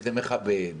שזה מכבד,